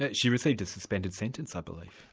ah she received a suspended sentence i believe.